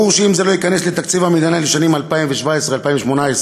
ברור שאם זה לא ייכנס לתקציב המדינה לשנים 2017 2018,